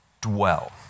dwell